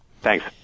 Thanks